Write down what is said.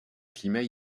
climat